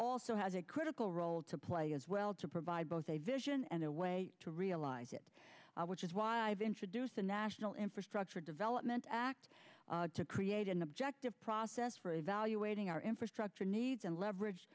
lso has a critical role to play as well to provide both a vision and a way to realize it which is why i've introduced a national infrastructure development act to create an objective process for evaluating our infrastructure needs and leverage